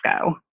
go